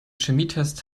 chemietest